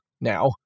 now